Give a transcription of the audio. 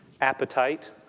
appetite